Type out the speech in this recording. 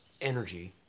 Energy